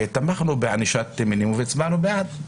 תמכנו בענישת מינימום והצבענו בעד.